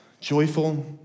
joyful